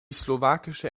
slowakische